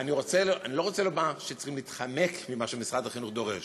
אני לא רוצה לומר שצריכים להתחמק ממה שמשרד החינוך דורש,